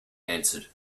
answered